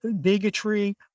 bigotry